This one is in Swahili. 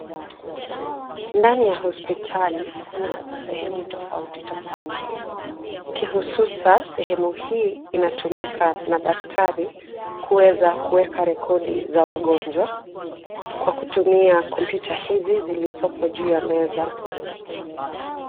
Ndani ya hospitali kuna sehemu tofauti tofauti kihususa sehemu hii inatumika na daktari kuweza kuweka rekodi za wagonjwa kwa kutumia kompyuta hizi zilizopo juu ya meza.